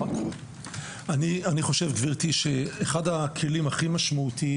אני חושב, גברתי, שאחד הכלים הכי משמעותיים